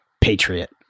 Patriot